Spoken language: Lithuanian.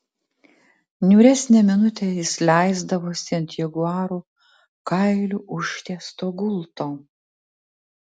niūresnę minutę jis leisdavosi ant jaguarų kailiu užtiesto gulto